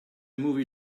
movie